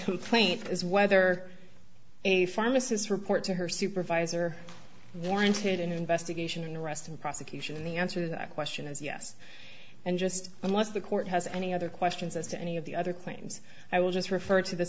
complaint is whether a pharmacist report to her supervisor warranted an investigation and arrest and prosecution and the answer to that question is yes and just unless the court has any other questions as to any of the other claims i will just refer to the